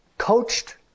coached